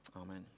amen